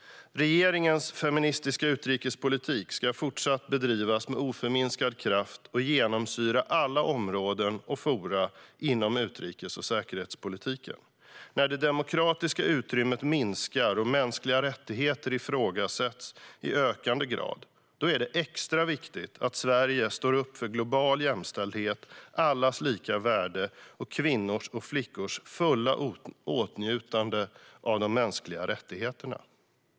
Regeringens feministiska utrikespolitik ska fortsatt bedrivas med oförminskad kraft och genomsyra alla områden och forum inom utrikes och säkerhetspolitiken. När det demokratiska utrymmet minskar och mänskliga rättigheter ifrågasätts i ökande grad är det extra viktigt att Sverige står upp för global jämställdhet, allas lika värde samt kvinnors och flickors fulla åtnjutande av de mänskliga rättigheterna.